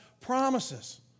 promises